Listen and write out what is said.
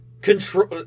Control